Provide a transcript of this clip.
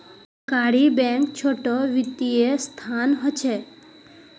सहकारी बैंक छोटो वित्तिय संसथान होछे